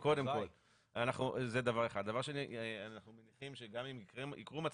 אנחנו אפילו לא משגרים את